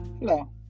Hello